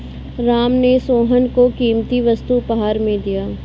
राम ने सोहन को कीमती वस्तु उपहार में दिया